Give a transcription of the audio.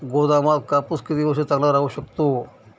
गोदामात कापूस किती वर्ष चांगला राहू शकतो?